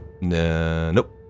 Nope